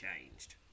changed